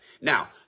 Now